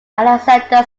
alexander